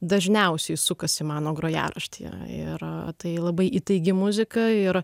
dažniausiai sukasi mano grojaraštyje ir tai labai įtaigi muzika ir